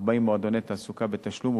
40 מועדוני תעסוקה בתשלום,